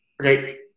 okay